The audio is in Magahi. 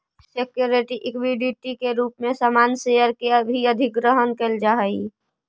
सिक्योरिटी इक्विटी के रूप में सामान्य शेयर के भी अधिग्रहण कईल जा हई